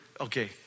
Okay